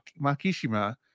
Makishima